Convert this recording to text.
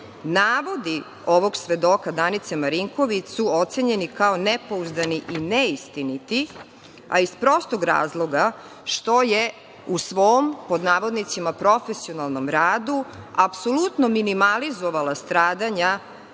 navodi ovog svedoka, Danice Marinković su ocenjeni kao nepouzdani i neistiniti, a iz prostog razloga što je u svom, „profesionalnom radu“, apsolutno minimalizovala stradanja